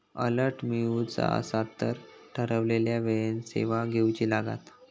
alert मिळवुचा असात तर ठरवलेल्या वेळेन सेवा घेउची लागात